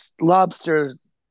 lobsters